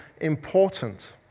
important